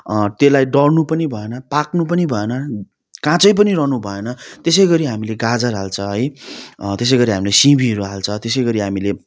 त्यसलाई डढ्नु पनि भएन पाक्नु पनि भएन काँचै पनि रहनु भएन त्यसै गरी हामीले गाजर हाल्छ है त्यसै गरी हामीले सिमीहरू हाल्छ त्यसै गरी हामीले